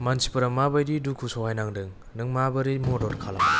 मानसिफोरा मा बायदि दुखु सहायनांदों नों माबोरै मदद खालामगोन